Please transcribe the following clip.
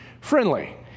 friendly